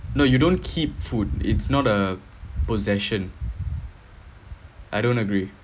no you don't keep food it's not a possession I don't agree